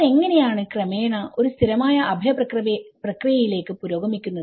അവർ എങ്ങനെയാണ് ക്രമേണ ഒരു സ്ഥിരമായ അഭയ പ്രക്രിയയിലേക്ക് പുരോഗമിക്കുന്നത്